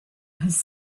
has